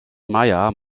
meyer